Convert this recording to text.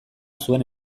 zuen